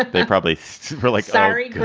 they probably were like, sorry, greg,